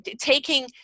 taking